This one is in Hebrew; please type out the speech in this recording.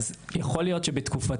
אז יכול להיות בתקופתו,